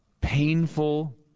painful